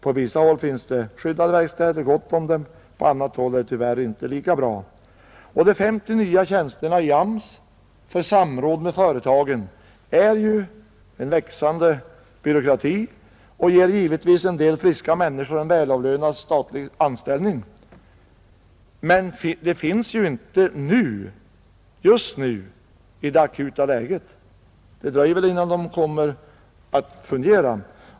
På vissa håll finns det gott om skyddade verkstäder, medan det på andra håll tyvärr inte är lika bra. De 50 nya tjänsterna i AMS för samråd med företagen innebär ju en växande byråkrati och ger givetvis en del friska människor en välavlönad statlig anställning, Men de finns ju inte just nu, i det akuta läget, utan det dröjer väl innan de kommer att fungera.